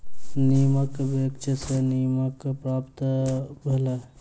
नीमक वृक्ष सॅ नीमक पात प्राप्त भेल